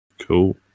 Cool